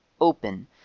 open